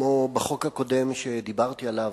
כמו בחוק הקודם שדיברתי עליו,